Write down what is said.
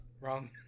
Wrong